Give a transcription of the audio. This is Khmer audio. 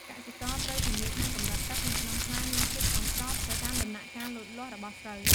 កសិករត្រូវធានាថាកម្រិតទឹកនៅក្នុងស្រែមានភាពសមស្របទៅតាមដំណាក់កាលលូតលាស់របស់ស្រូវ។